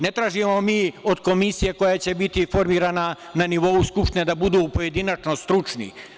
Ne tražimo mi od komisije koja će biti formirana na nivou Skupštine da budu pojedinačno stručni.